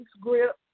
grip